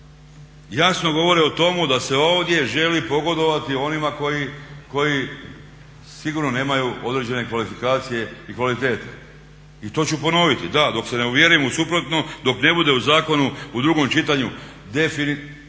Jasno govori o tome da se ovdje želi pogodovati onima koji sigurno nemaju određene kvalifikacije i kvalitete. I to ću ponoviti, da, dok se ne uvjerim u suprotno, dok ne bude u zakonu u drugom čitanju definirano